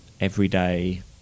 everyday